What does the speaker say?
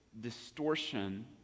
distortion